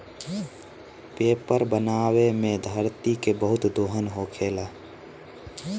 paper बनावे मे धरती के बहुत दोहन होखेला